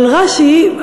אבל רש"י,